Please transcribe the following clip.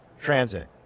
transit